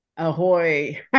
Ahoy